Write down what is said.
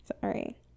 Sorry